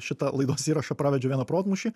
šitą laidos įrašą pravedžiau vieną protmūšį